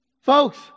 Folks